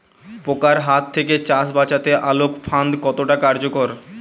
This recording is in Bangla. পোকার হাত থেকে চাষ বাচাতে আলোক ফাঁদ কতটা কার্যকর?